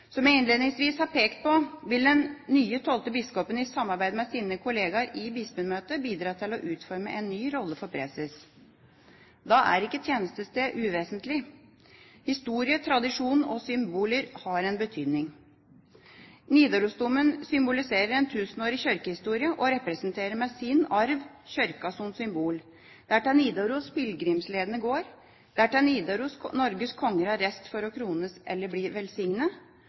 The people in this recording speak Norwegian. Som jeg innledningsvis har pekt på, vil den nye tolvte biskopen, i samarbeid med sine kollegaer i Bispemøtet, bidra til å utforme en ny rolle for preses. Da er ikke tjenestested uvesentlig. Historie, tradisjon og symboler har en betydning. Nidarosdomen symboliserer en tusenårig kirkehistorie og representerer med sin arv Kirka som symbol. Det er til Nidaros pilegrimsleden går, og det er til Nidaros Norges konger har reist for å krones eller bli